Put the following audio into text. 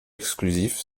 exclusif